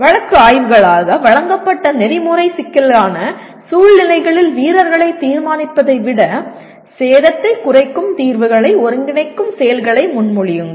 வழக்கு ஆய்வுகளாக வழங்கப்பட்ட நெறிமுறை சிக்கலான சூழ்நிலைகளில் வீரர்களை தீர்மானிப்பதை விட சேதத்தை குறைக்கும் தீர்வுகளை ஒருங்கிணைக்கும் செயல்களை முன்மொழியுங்கள்